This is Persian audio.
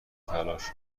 تلاش